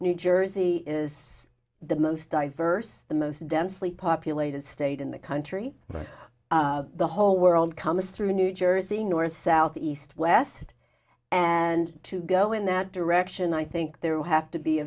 new jersey is the most diverse the most densely populated state in the country the whole world comes through new jersey north south east west and to go in that direction i think there will have to be a